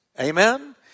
Amen